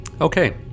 okay